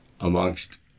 amongst